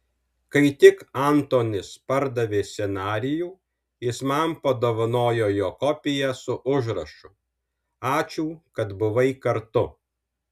kai tik antonis pardavė scenarijų jis man padovanojo jo kopiją su užrašu ačiū kad buvai kartu